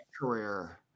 career